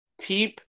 Peep